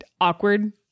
awkward